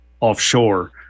offshore